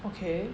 okay